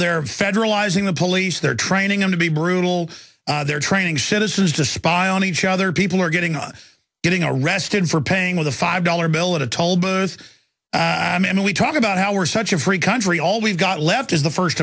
they're federalizing the police they're training them to be brutal they're training citizens to spy on each other people are getting us getting arrested for paying with a five dollar bill in a toll booth and we talk about how we're such a free country all we've got left is the first